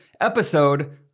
episode